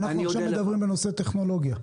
אנחנו מדברים עכשיו בנושא טכנולוגיה.